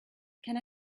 can